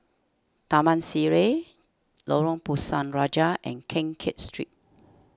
Taman Sireh Lorong Pisang Raja and Keng Kiat Street